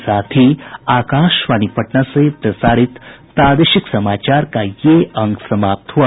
इसके साथ ही आकाशवाणी पटना से प्रसारित प्रादेशिक समाचार का ये अंक समाप्त हुआ